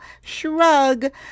shrug